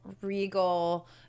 regal